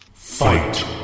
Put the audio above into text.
Fight